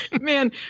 Man